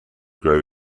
grow